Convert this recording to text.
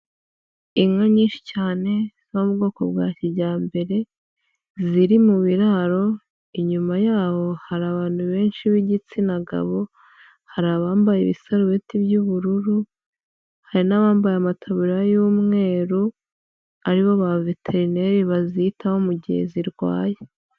Inka nyinshi cyane zo mu bwoko bwa kijyambere ziri mu biraro, inyuma yabo hari abantu benshi b'igitsina gabo, hari abambaye ibisarubeti by'ubururu, hari n'abambaye amataburiya y'umweru aribo ba veterineri bazitaho mu gihe zirwaye.